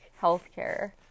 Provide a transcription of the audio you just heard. healthcare